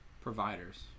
providers